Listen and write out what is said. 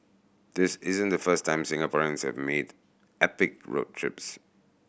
this isn't the first time Singaporeans have made epic road trips